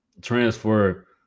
transfer